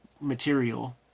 material